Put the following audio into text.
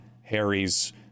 Harry's